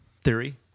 theory